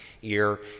year